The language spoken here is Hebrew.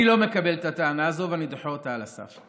אני לא מקבל את הטענה הזו, ואני דוחה אותה על הסף.